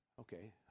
Okay